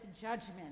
judgment